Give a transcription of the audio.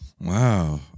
wow